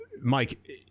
Mike